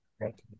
right